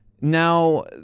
Now